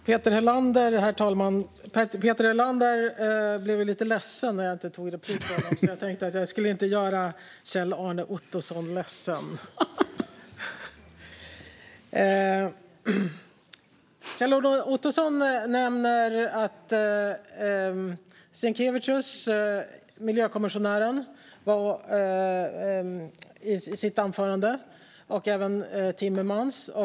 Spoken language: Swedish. Herr talman! Peter Helander blev ju lite ledsen för att jag inte tog replik på honom, så nu ska jag inte göra Kjell-Arne Ottosson ledsen. I sitt anförande nämner Kjell-Arne Ottosson miljökommissionären Virginijus Sinkevicius och Frans Timmermans.